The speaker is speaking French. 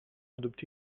adopter